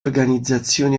organizzazioni